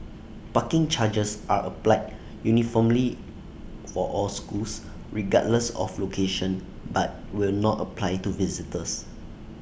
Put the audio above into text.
parking charges are applied uniformly for all schools regardless of location but will not apply to visitors